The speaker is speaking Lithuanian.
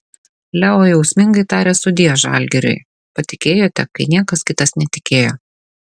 leo jausmingai tarė sudie žalgiriui patikėjote kai niekas kitas netikėjo